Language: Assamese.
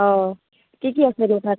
অঁ কি কি আছেনো তাত